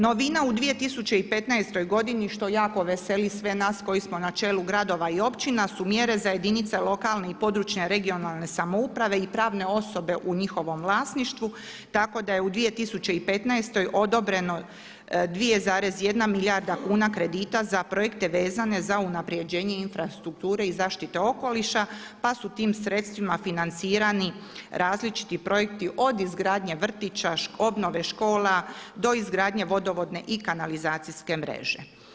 Novina u 2015. godini što jako veseli sve nas koji smo na čelu gradova i općina su mjere za jedinice lokalne i područne (regionalne) samouprave i pravne osobe u njihovom vlasništvu, tako da je u 2015. odobreno 2,1 milijarda kuna kredita za projekte vezane za unapređenje infrastrukture i zaštite okoliša, pa su tim sredstvima financirani različiti projekti od izgradnje vrtića, obnove škola do izgradnje vodovodne i kanalizacijske mreže.